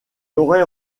aurait